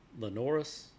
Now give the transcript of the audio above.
Lenoris